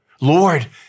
Lord